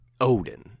Odin